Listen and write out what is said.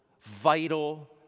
vital